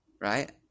right